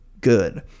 good